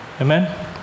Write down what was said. Amen